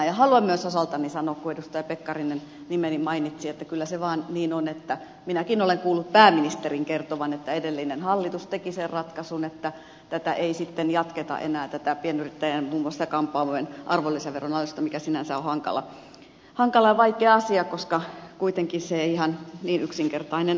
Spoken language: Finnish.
haluan myös osaltani sanoa kun edustaja pekkarinen nimeni mainitsi että kyllä se vaan niin on että minäkin olen kuullut pääministerin kertovan että edellinen hallitus teki sen ratkaisun että tätä ei sitten jatketa enää tätä pienyrittäjien muun muassa kampaamojen arvonlisäveron alennusta mikä sinänsä on hankala ja vaikea asia koska kuitenkaan se ei ihan niin yksinkertainen ole